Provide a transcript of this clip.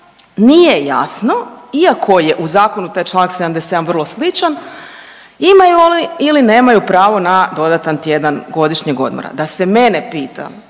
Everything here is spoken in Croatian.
nije jasno iako je u zakonu taj Članak 77. vrlo sličan imaju li ili nemaju pravo na dodatan tjedan godišnjeg odmora. Da se mene pita,